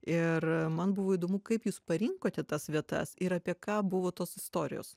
ir man buvo įdomu kaip jūs parinkote tas vietas ir apie ką buvo tos istorijos